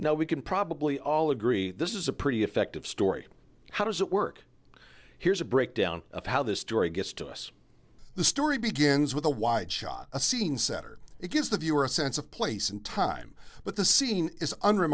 now we can probably all agree this is a pretty effective story how does it work here's a breakdown of how this story gets to us the story begins with a wide shot a scene setter it gives the viewer a sense of place and time but the scene is